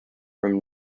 from